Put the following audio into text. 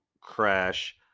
crash